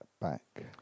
back